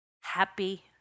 happy